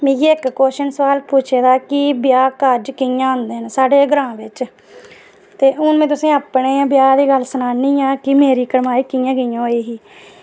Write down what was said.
मिगी इक क्वश्च्न सोआल पुच्छे दा कि ब्याह् कारज़ कि'यां होंदे न साढ़े ग्रांऽ बिच हून में तुसेंगी अपने ब्याह् दी गल्ल सनान्नी आं कि मेरी कड़माई कि'यां कि'यां होई ही